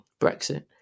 Brexit